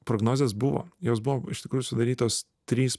prognozės buvo jos buvo iš tikrųjų sudarytos trys